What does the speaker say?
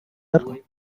author